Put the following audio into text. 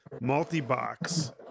multi-box